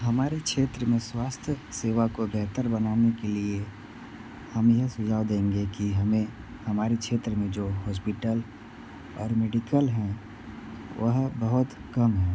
हमारे क्षेत्र में स्वास्थ्य सेवा को बेहतर बनाने के लिए हम यह सुझाव देंगे की हमें हमारे क्षेत्र में जो हॉस्पिटल और मेडिकल हैं वह बहुत कम हैं